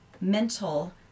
mental